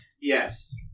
Yes